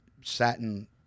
satin